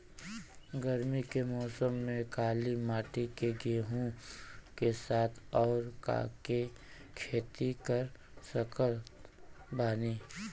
गरमी के मौसम में काली माटी में गेहूँ के साथ और का के खेती कर सकत बानी?